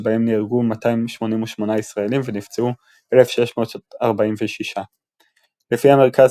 שבהם נהרגו 288 ישראלים ונפצעו 1,646. לפי המרכז